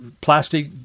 plastic